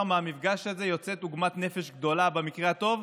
מהמפגש הזה יוצאת עוגמת נפש גדולה במקרה הטוב,